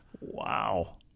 Wow